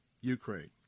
Ukraine